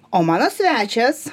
o mano svečias